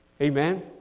Amen